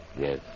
Yes